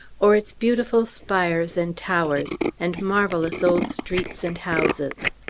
or its beautiful spires and towers and marvellous old streets and houses.